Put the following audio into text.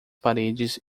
paredes